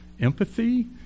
empathy